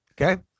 Okay